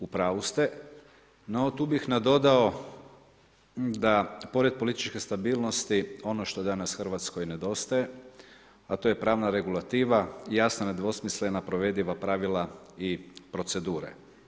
U pravu ste, no tu bih nadodao da pored političke stabilnosti ono što danas Hrvatskoj nedostaje a to je pravna regulativa i jasna nedvosmislena provediva pravila i procedure.